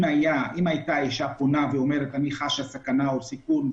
אם הייתה האישה פונה ואומרת שהיא חשה סכנה או סיכון,